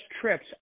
trips